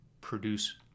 produce